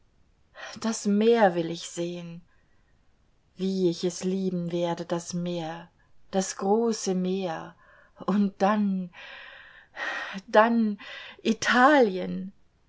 das meer will ich sehen wie ich es lieben werde das meer das große meer und dann dann italien